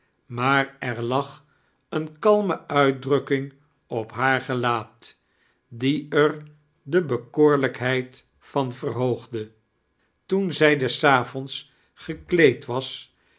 maar er lag eene kalme uitdrukking op haar gelaat die er de bekoorlijkbeid van verhoogde toen zij des avonds gekleed was